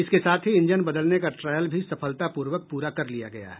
इसके साथ ही इंजन बदलने का ट्रायल भी सफलतापूर्वक पूरा कर लिया गया है